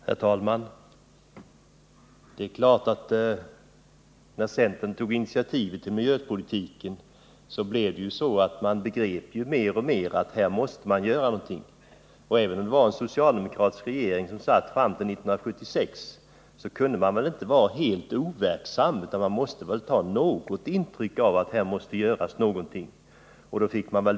Herr talman! Det är klart att när centern tog initiativet till miljöpolitiken begrep man mer och mer att här måste man göra någonting. Även om det var en socialdemokratisk regering som satt fram till 1976 kunde man väl inte vara helt overksam utan måste ta något intryck, och så vidtog man en del åtgärder.